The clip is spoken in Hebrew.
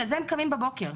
לזה הם קמים בבוקר.